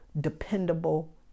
dependable